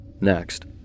Next